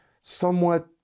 somewhat